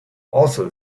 also